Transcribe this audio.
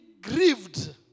grieved